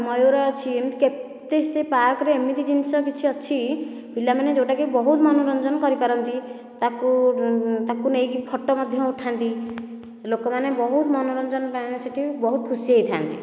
ମୟୂର ଅଛି ଏମିତି କେତେ ସେ ପାର୍କରେ ଏମିତି ଜିନିଷ କିଛି ଅଛି ପିଲାମାନେ ଯେଉଁଟାକି ବହୁତ ମନୋରଞ୍ଜନ କରିପାରନ୍ତି ତାକୁ ତାକୁ ନେଇକି ଫଟୋ ମଧ୍ୟ ଉଠାନ୍ତି ଲୋକମାନେ ବହୁତ ମନୋରଞ୍ଜନ ସେଠି ବହୁତ ଖୁସି ହୋଇଥାନ୍ତି